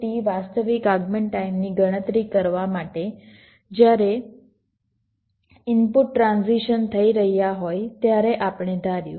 AAT વાસ્તવિક આગમન ટાઈમની ગણતરી કરવા માટે જ્યારે ઇનપુટ ટ્રાન્ઝિશન થઈ રહ્યા હોય ત્યારે આપણે ધાર્યું